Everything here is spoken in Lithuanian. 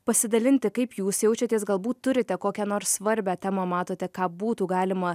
pasidalinti kaip jūs jaučiatės galbūt turite kokią nors svarbią temą matote ką būtų galima